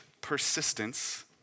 persistence